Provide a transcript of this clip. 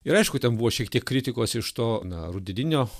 ir aišku ten buvo šiek tiek kritikos iš to na rudeninio